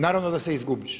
Naravno da se izgubiš.